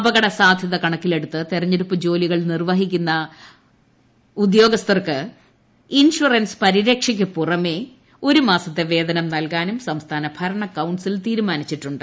അപകട സാധ്യത കണക്കിലെടുത്ത് തെരഞ്ഞെടുപ്പ് ജോലികൾ നിർവ്വഹിക്കുന്ന ഉദ്യോഗസ്ഥർക്ക് ഇൻഷുറൻസ് പരിരക്ഷയ്ക്ക് പുറമെ ഒരു മാസത്തെ വേതനം നൽകാനു് സംസ്ഥാന ഭരണ കൌൺസിൽ തീരുമാനിച്ചിട്ടുണ്ട്